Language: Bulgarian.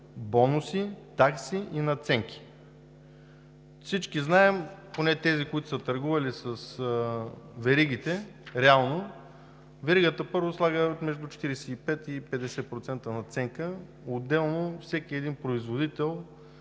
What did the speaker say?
бонуси, такси и надценки“. Всички знаем, поне тези, които са търгували с веригите реално, веригата, първо, слага между 45 и 50% надценка. Отделно всеки един производител